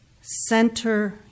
Center